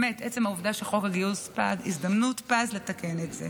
עצם העובדה שחוק הגיוס פג זו הזדמנות פז לתקן את זה.